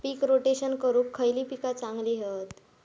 पीक rotation करूक खयली पीका चांगली हत?